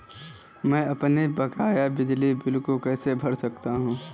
मैं अपने बकाया बिजली बिल को कैसे भर सकता हूँ?